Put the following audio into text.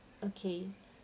okay